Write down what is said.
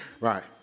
Right